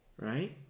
Right